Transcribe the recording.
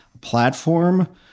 platform